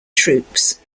troops